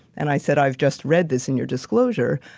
and i said, i've just read this in your disclosure.